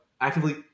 actively